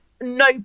no